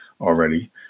already